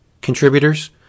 contributors